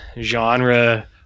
genre